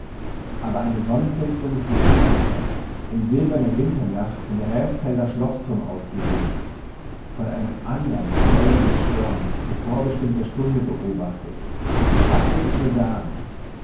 aber eine sonnenfinsternis des jupiter in silberner winternacht vom raesfelder schloßturm aus gesehn von einem andern rollenden stern zu vorbestimmter stunde beobachtet was wird es mir sagen